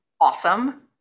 awesome